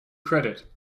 credit